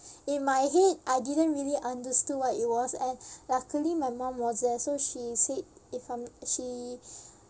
in my head I didn't really understood what it was and luckily my mum was there so she said if um she